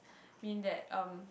mean that um